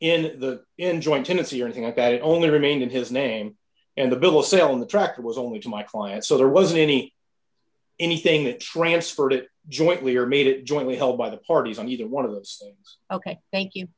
in the in joint tenancy or anything like that it only remained in his name and a bill of sale on the track it was only to my client so there wasn't any anything that transferred it jointly or made it jointly held by the parties on either one of those ok thank you